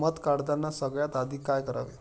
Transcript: मध काढताना सगळ्यात आधी काय करावे?